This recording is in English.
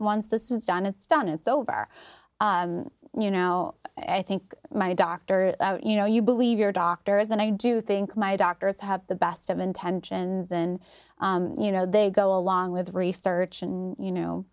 once this is done it's done it's over you know i think my doctor you know you believe your doctors and i do think my doctors have the best of intentions and you know they go along with the research and you know